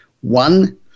One